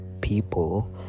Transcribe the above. people